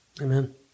Amen